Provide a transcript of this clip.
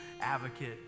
advocate